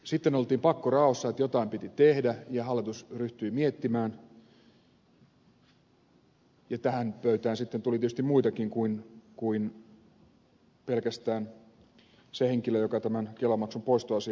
sitten oltiin pakkoraossa että jotain piti tehdä ja hallitus ryhtyi miettimään ja tähän pöytään sitten tuli tietysti muitakin kuin pelkästään se henkilö joka tämän kelamaksun poistoasian päätti